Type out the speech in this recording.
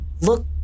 look